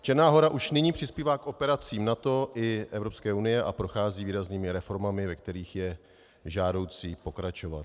Černá Hora už nyní přispívá k operacím NATO i Evropské unie a prochází výraznými reformami, ve kterých je žádoucí pokračovat.